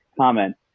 comment